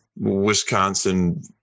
Wisconsin